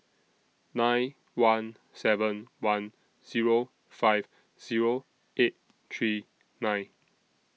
nine one seven one Zero five Zero eight three nine